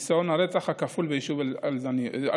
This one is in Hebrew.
ניסיון הרצח הכפול ביישוב א-זרנוק.